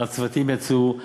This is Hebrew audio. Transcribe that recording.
הצוותים יצאו.